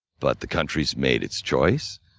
but the country's made its choice.